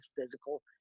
physical